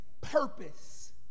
purpose